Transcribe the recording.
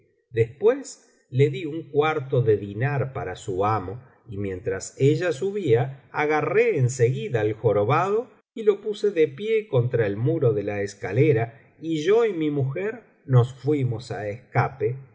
después le di un cuarto de diñar para su amo y mientras ella subía agarré en seguida al jorobado y lo puse de pie contra el muro de la escalera y yo y mi mujer nos fuimos á escape